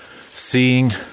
seeing